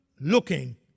looking